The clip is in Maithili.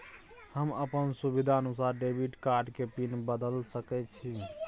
हम अपन सुविधानुसार डेबिट कार्ड के पिन बदल सके छि?